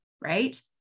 right